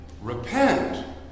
repent